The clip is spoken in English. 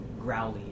growly